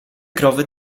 krowy